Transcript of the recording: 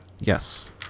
Yes